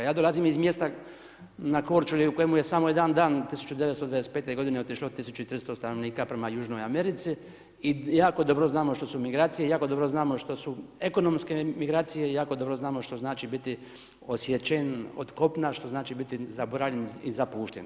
Ja dolazim iz mjesta na Korčuli, na kojem je samo jedan dan 1995. otišlo 1400 stanovnika prema južnoj Americi i jako dobro znamo što su migracije, jako dobro znamo što su ekonomske migracije i jako dobro znamo što znači biti odsječen od kopna, što znači biti zaboravljen i zapušten.